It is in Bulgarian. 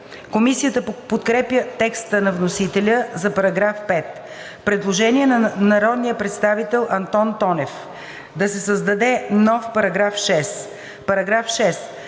Комисията подкрепя текста на вносителя за § 5. Предложение на народния представител Антон Тонев: „Да се създаде нов § 6: „§ 6.